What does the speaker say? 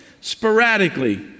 sporadically